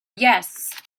yes